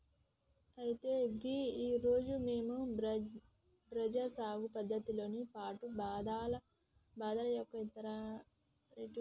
అయితే గీ రోజు మేము బజ్రా సాగు పద్ధతులతో పాటు బాదరా యొక్క ఇత్తన రేటు ఇవరిస్తాము